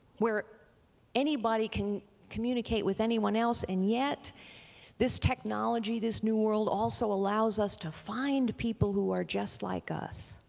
where anybody can communicate with anyone else and yet this technology, this new world also allows us to find people who are just like us.